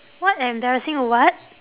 what embarassing what